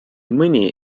mõni